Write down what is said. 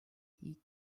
ilk